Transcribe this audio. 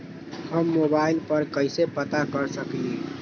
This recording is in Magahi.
हम मोबाइल पर कईसे पता कर सकींले?